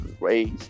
raised